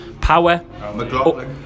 Power